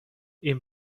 این